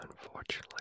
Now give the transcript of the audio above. unfortunately